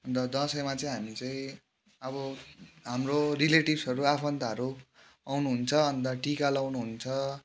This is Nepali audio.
अन्त दसैँमा चाहिँ हामी चाहिँ अब हाम्रो रिलेटिभ्सहरू आफन्तहरू आउनुहुन्छ अन्त टिका लाउनुहुन्छ